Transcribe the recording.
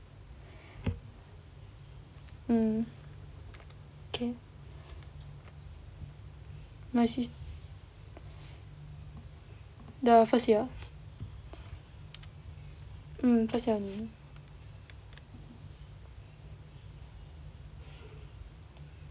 mm I guess my sis the first year mm first year only